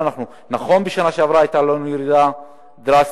נכון, בשנה שעברה היתה לנו ירידה דרסטית,